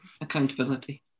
accountability